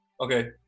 Okay